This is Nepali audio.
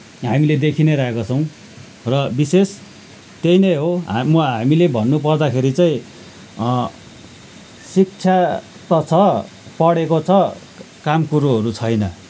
हामीले देखि नै रहेको छौँ र विशेष त्यही नै हो म हामीले भन्नु पर्दाखेरि चाहिँ शिक्षा त छ पढेको छ काम कुरोहरू छैन